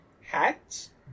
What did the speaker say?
hats